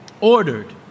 ordered